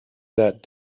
that